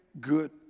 good